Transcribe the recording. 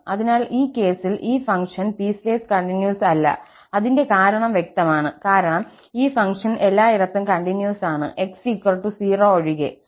അതിനാൽ ഈ കേസിൽ ഈ ഫംഗ്ഷൻ പീസ്വേസ് കണ്ടിന്യൂസ് അല്ല അതിന്റെ കാരണം വ്യക്തമാണ് കാരണം ഈ ഫംഗ്ഷൻ എല്ലായിടത്തും കണ്ടിന്യൂസ് ആണ് x 0 ഒഴികെ